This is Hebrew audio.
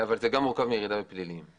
אבל זה גם מורכב מירידה באסירים פליליים.